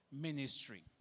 ministry